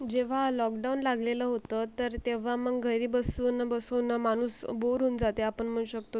जेव्हा लॉकडाउन लागलेलं होतं तर तेव्हा मग घरी बसून बसून माणूस बोअर होऊन जाते आपण म्हणू शकतो